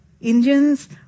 Indians